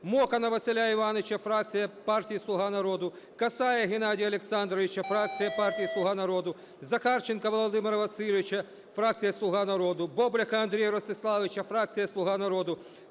Мокана Василя Івановича (фракція партії "Слуга народу"), Касая Геннадія Олександровича (фракція партії "Слуга народу"), Захарченка Володимира Васильовича (фракція "Слуга народу"), Бобляха Андрія Ростиславовича (фракція "Слуга народу"),